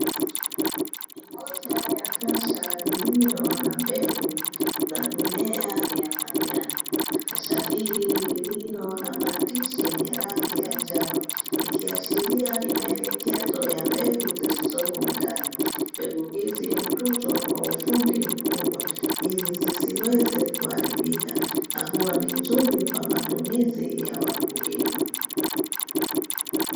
Moja ya kasha lililo na mbegu za mimea ya majani. Kasha hili lililo na maandishi yenye rangi ya njano, ikiashiria ni maelekezo ya mbegu zilizomo ndani. Mbegu hizi hutunzwa kwa ufundi mkubwa, ili zisiweze kuharibika na huwa ni nzuri kwa matumizi ya wakulima.